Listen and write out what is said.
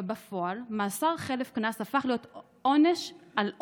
אבל בפועל מאסר חלף קנס הפך להיות עונש על עוני.